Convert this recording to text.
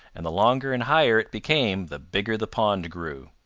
and the longer and higher it became the bigger the pond grew.